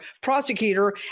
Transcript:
prosecutor